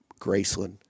Graceland